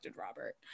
Robert